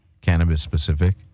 cannabis-specific